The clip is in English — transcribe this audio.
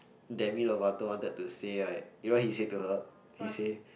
Demi-Lovato wanted to say right you know what he say to her he say